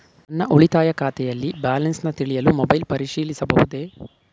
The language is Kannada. ನನ್ನ ಉಳಿತಾಯ ಖಾತೆಯಲ್ಲಿ ಬ್ಯಾಲೆನ್ಸ ತಿಳಿಯಲು ಮೊಬೈಲ್ ಪರಿಶೀಲಿಸಬಹುದೇ?